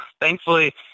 thankfully